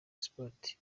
sports